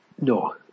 No